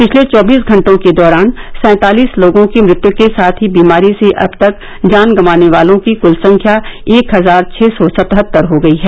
पिछले चौबीस घटों के दौरान सैंतालीस लोगों की मृत्यु के साथ ही बीमारी से अब तक जान गंवाने वालों की क्ल संख्या एक हजार छः सौ सतहत्तर हो गयी है